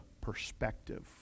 perspective